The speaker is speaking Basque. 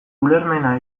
ulermena